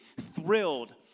thrilled